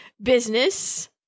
business